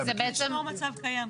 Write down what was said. כי זה בעצם לשמור מצב קיים.